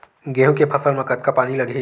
गेहूं के फसल म कतका पानी लगही?